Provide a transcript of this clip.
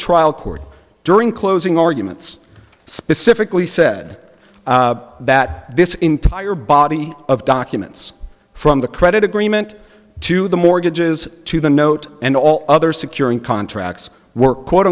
trial court during closing arguments specifically said that this entire body of documents from the credit agreement to the mortgages to the note and all other securing contracts were quote